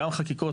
גם חקיקות,